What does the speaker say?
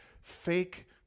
fake